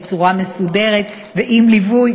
בצורה מסודרת ועם ליווי.